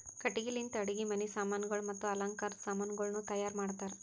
ಕಟ್ಟಿಗಿ ಲಿಂತ್ ಅಡುಗಿ ಮನಿ ಸಾಮಾನಗೊಳ್ ಮತ್ತ ಅಲಂಕಾರದ್ ಸಾಮಾನಗೊಳನು ತೈಯಾರ್ ಮಾಡ್ತಾರ್